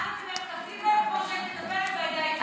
אנו מטפלים בהם כמו שאנחנו מטפלים בעדה האתיופית.